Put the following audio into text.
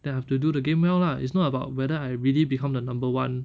then I have to do the game well lah it's not about whether I really become the number one